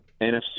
NFC